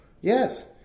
Yes